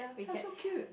!ha! so cute